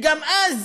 וגם אז